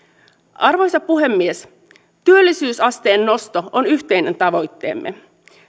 arvoisa puhemies työllisyysasteen nosto on yhteinen tavoitteemme